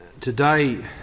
Today